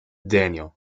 daniel